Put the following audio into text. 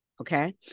okay